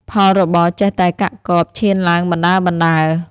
ផលរបរចេះតែកាក់កបឈានឡើងបណ្តើរៗ។